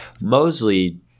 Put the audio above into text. Mosley